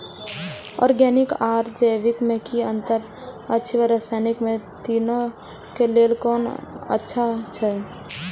Organic आर जैविक में कि अंतर अछि व रसायनिक में तीनो क लेल कोन अच्छा अछि?